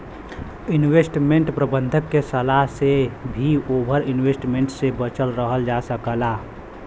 investment प्रबंधक के सलाह से भी ओवर इन्वेस्टमेंट से बचल रहल जा सकला